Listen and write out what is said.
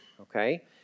okay